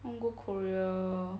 I want go korea